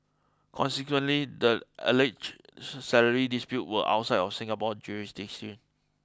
consequently the alleged salary disputes were outside Singapore jurisdiction